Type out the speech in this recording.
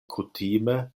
kutime